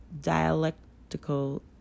dialectical